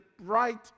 right